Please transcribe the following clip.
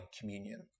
communion